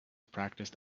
practiced